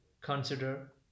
Consider